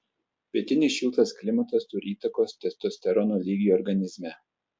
pietinis šiltas klimatas turi įtakos testosterono lygiui organizme